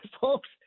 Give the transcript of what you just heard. folks